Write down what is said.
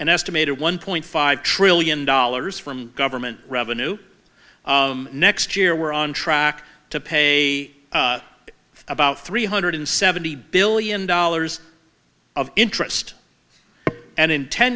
an estimated one point five trillion dollars from government revenue next year we're on track to pay about three hundred seventy billion dollars of interest and in ten